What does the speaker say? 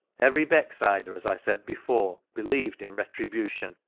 every becksider, as i said before, believed in retri bution,